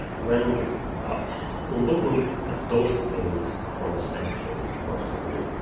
when um looking at those things from a scientific point of view,